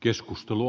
keskustelu